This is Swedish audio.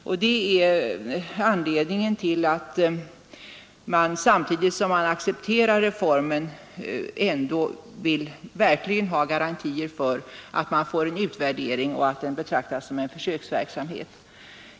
Det är anledningen till att vi reservanter samtidigt som vi accepterar reformen verkligen vill ha garantier för att det hela betraktas som en försöksverksamhet och att det kommer att göras en utvärdering.